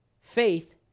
faith